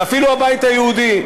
ואפילו הבית היהודי,